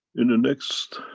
in the next,